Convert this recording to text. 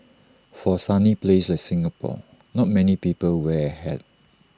for A sunny place like Singapore not many people wear A hat